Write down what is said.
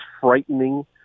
frightening